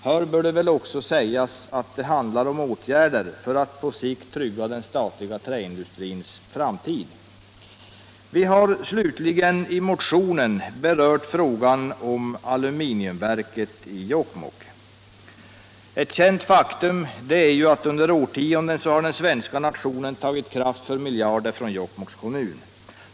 Här bör det väl också sägas att det handlar om åtgärder för att på sikt trygga den statliga träindustrins framtid. Vi har i motionen slutligen berört frågan om aluminiumverket i Jokkmokk. Ett känt faktum är att under årtionden har den svenska nationen tagit kraft för miljarder från Jokkmokks kommun.